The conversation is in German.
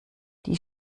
die